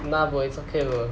nah bro it's okay bro